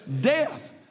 death